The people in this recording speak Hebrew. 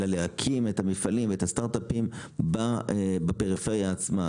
אלא להקים את המפעלים ואת הסטארט-אפים בפריפריה עצמה,